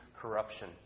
corruption